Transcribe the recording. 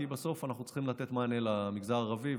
כי בסוף אנחנו צריכים לתת מענה למגזר הערבי,